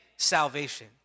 Salvation